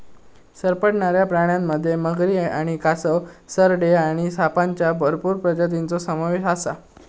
सरपटणाऱ्या प्राण्यांमध्ये मगरी आणि कासव, सरडे आणि सापांच्या भरपूर प्रजातींचो समावेश आसा